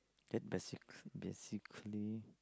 that basket be sick feeling